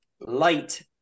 light